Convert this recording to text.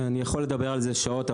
אני יכול לדבר על זה שעות,